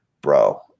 bro